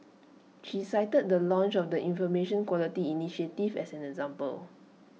she cited the launch of the Information Quality initiative as an example